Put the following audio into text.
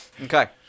Okay